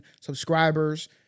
subscribers